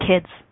kids